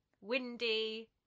windy